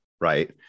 right